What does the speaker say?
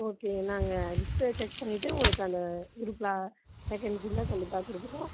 okay நாங்கள் register check பண்ணிவிட்டு உங்களுக்கு அந்த குரூப்பில் வேக்கென்சி இருந்தால் கண்டிப்பாக கொடுக்குறோம்